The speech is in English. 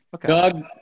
Doug